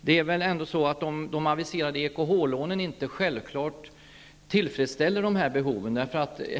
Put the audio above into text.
Det är väl ändå så att de aviserade EKH-lånen inte automatiskt tillfredsställer dessa behov.